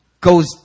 goes